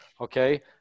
Okay